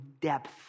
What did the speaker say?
depth